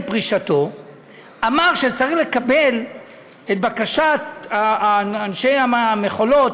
פרישתו שצריך לקבל את בקשת אנשי המכולות,